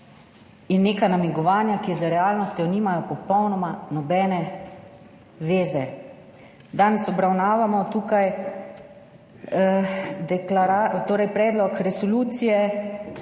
in neka namigovanja, ki z realnostjo nimajo popolnoma nobene veze. Danes obravnavamo tukaj deklaracijo,